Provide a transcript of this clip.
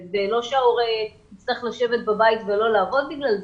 ולא שההורה יצטרך לשבת בבית ולא לעבוד בגלל זה.